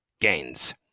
gains